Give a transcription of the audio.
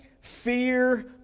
fear